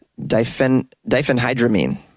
diphenhydramine